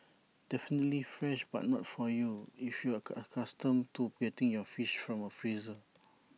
definitely fresh but not for you if you're A accustomed to getting your fish from A freezer